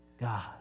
God